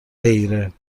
غیره